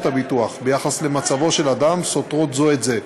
הביטוח ביחס למצבו של אדם סותרות זו את זו.